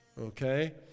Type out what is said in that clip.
Okay